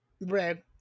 Red